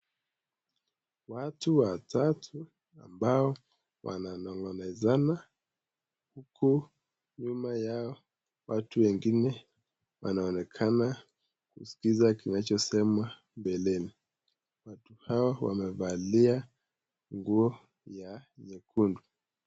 Watu watatu ambao wananong'onezana huku nyuma yao watu wengine wanaonekana kuskiza kinachosemwa mbeleni, watu hao wamevalia nguo ya nyekundu.